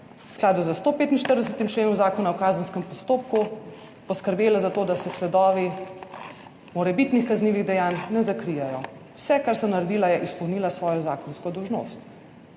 skladu s 145. členom Zakona o kazenskem postopku poskrbela za to, da se sledovi morebitnih kaznivih dejanj ne zakrijejo. Vse, kar sem naredila, je izpolnila svojo zakonsko dolžnost.